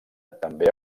també